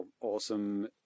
awesome